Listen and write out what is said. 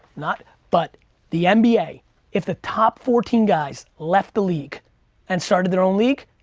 not, but the and nba. if the top fourteen guys left the league and started their own league,